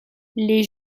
les